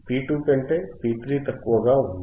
P2 కంటే P3 తక్కువగా ఉంది